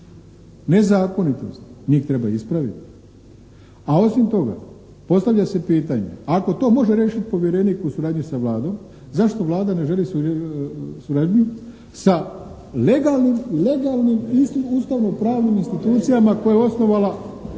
Ne zakonitosti. Njih treba ispraviti. A osim toga postavlja se pitanje, ako to može riješiti povjerenik u suradnji sa Vladom zašto Vlada ne želi suradnju sa legalnim ustavnom-pravnim institucijama koje je osnovala